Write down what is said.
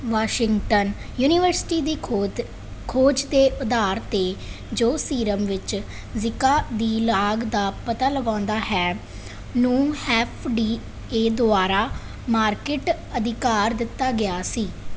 Washington university ਦੀ ਖੋਦ ਖੋਜ ਦੇ ਆਧਾਰ 'ਤੇ ਜੋ ਸੀਰਮ ਵਿੱਚ ਜੀਕਾ ਦੀ ਲਾਗ ਦਾ ਪਤਾ ਲਗਾਉਂਦਾ ਹੈ ਨੂੰ ਐਫ ਡੀ ਏ ਦੁਆਰਾ ਮਾਰਕੀਟ ਅਧਿਕਾਰ ਦਿੱਤਾ ਗਿਆ ਸੀ